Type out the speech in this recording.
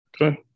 Okay